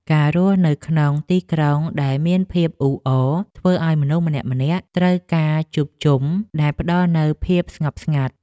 ការរស់នៅក្នុងទីក្រុងដែលមានភាពអ៊ូអរធ្វើឱ្យមនុស្សម្នាក់ៗត្រូវការជួបជុំដែលផ្ដល់នូវភាពស្ងប់ស្ងាត់។